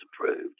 approved